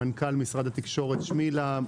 מנכ"ל משרד התקשורת שמילה,